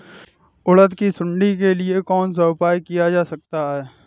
उड़द की सुंडी के लिए कौन सा उपाय किया जा सकता है?